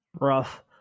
Rough